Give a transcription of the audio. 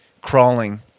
crawling